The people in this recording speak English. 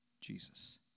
Jesus